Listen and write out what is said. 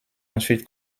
ensuite